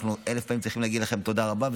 אנחנו צריכים להגיד לכם תודה רבה אלף פעמים,